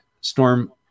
storm